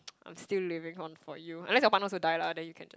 I'm still living on for you unless your partner also die lah then you can just